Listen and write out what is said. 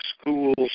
schools